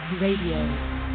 Radio